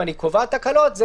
אם אני קובעת הקלות,